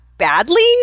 badly